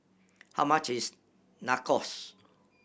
how much is Nachos